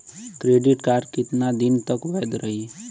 Credit card कितना दिन तक वैध रही?